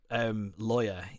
lawyer